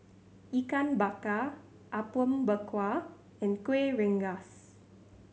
Ikan Bakar Apom Berkuah and Kuih Rengas